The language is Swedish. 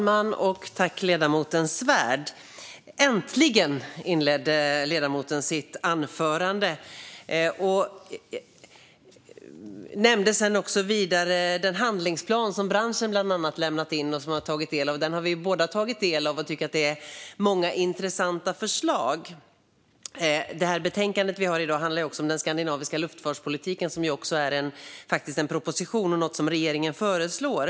Herr talman! Äntligen - inledde ledamoten sitt anförande. Han nämnde sedan den handlingsplan som branschen har lämnat in. Den har vi båda tagit del av och tycker att där finns många intressanta förslag. Det betänkande vi behandlar i dag handlar också om den skandinaviska luftfartspolitiken, som också är en proposition, det vill säga något som regeringen föreslår.